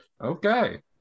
Okay